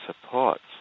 supports